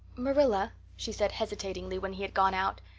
marilla, she said hesitatingly when he had gone out,